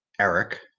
Eric